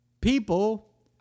people